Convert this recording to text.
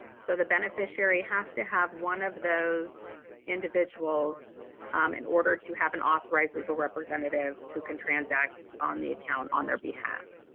so the beneficiary has to have one of those individuals in order to have an authorized legal representative who can transact on the account on their behalf.